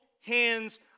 hands